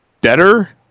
better